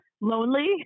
Lonely